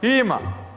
Ima.